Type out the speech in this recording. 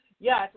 Yes